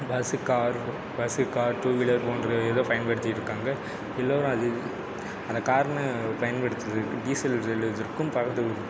bus car bus car two wheeler போன்றவைகள் தான் பயன்படுத்திட்டுருக்காங்க எல்லோரும் அது அதை கார்னு பயன்படுத்திட்டு டீசல்